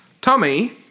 Tommy